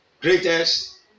greatest